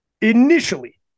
Initially